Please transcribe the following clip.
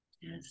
Yes